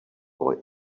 boy